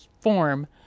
form